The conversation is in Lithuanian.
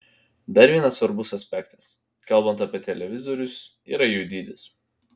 dar vienas svarbus aspektas kalbant apie televizorius yra jų dydis